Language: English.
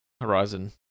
Horizon